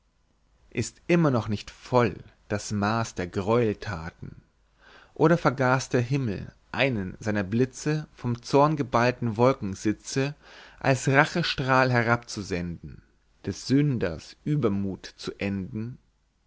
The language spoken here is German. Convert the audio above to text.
ist immer noch nicht voll das maß der greuelthaten oder vergaß der himmel einen seiner blitze vom zorngeballten wolkensitze als rachestrahl herab zu senden des sünders uebermuth zu enden